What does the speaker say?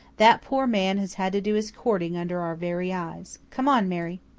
that poor man has had to do his courting under our very eyes. come on, mary.